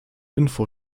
info